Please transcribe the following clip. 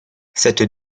cette